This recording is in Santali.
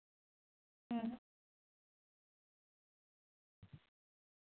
ᱦᱩᱸ